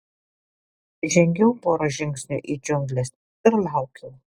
žengiau porą žingsnių į džiungles ir laukiau